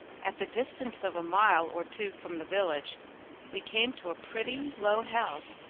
at the distance of a mile or two from the village we came to a pretty, low house,